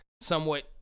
somewhat